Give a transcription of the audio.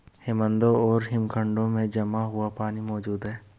हिमनदों और हिमखंडों में जमा हुआ पानी मौजूद हैं